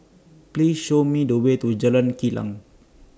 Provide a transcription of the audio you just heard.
Please Show Me The Way to Jalan Kilang